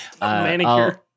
Manicure